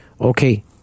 Okay